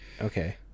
Okay